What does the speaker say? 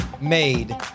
made